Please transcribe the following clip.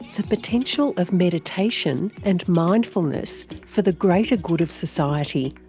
the potential of meditation and mindfulness for the greater good of society.